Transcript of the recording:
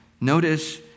Notice